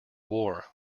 war